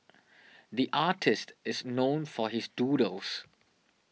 the artist is known for his doodles